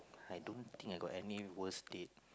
I don't think I got any worst date